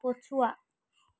ପଛୁଆ